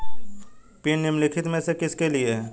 Pin निम्नलिखित में से किसके लिए है?